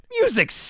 music